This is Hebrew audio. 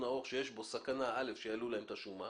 ארוך שיש בו סכנה שיעלו להם את השומה